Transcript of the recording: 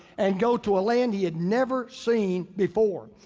and go to a land he had never seen before.